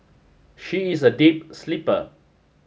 she is a deep sleeper